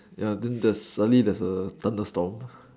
ya I mean there's suddenly there's a thunderstorm